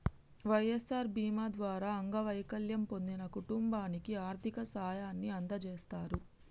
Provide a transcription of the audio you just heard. వై.ఎస్.ఆర్ బీమా ద్వారా అంగవైకల్యం పొందిన కుటుంబానికి ఆర్థిక సాయాన్ని అందజేస్తారు